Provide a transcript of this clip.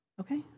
Okay